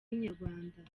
inyarwanda